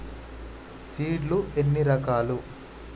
Seed లు ఎన్ని రకాలు?